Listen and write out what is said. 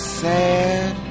sad